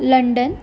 London